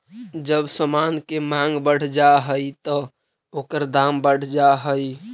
जब समान के मांग बढ़ जा हई त ओकर दाम बढ़ जा हई